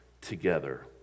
together